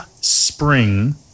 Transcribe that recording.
Spring